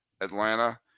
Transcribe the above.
Atlanta